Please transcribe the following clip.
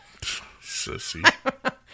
Sissy